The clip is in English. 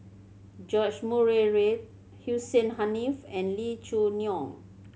George Murray Reith Hussein Haniff and Lee Choo Neo